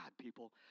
people